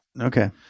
okay